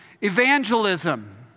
evangelism